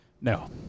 No